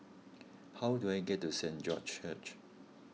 how do I get to Saint George's Church